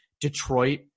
Detroit